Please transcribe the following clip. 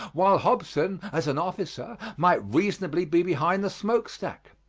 while hobson, as an officer, might reasonably be behind the smoke-stack.